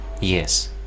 Yes